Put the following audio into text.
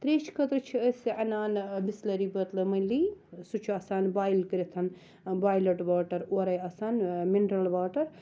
تریشہِ خٲطرٕ چھِ أسۍ اَنان بِسلٔری بٲتلہٕ مٔلی سُہ چھُ آسان بۄیِل کٔرِتھ بۄیلٕڈ واٹَر اورٕے آسان مِنرَل واٹَر